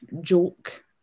joke